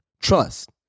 Trust